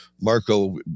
Marco